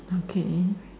okay